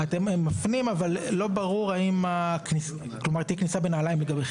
אתם מפנים אבל לא ברור אם --- וחלק לא.